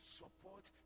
support